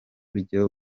ryo